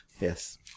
Yes